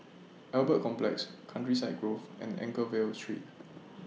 Albert Complex Countryside Grove and Anchorvale Street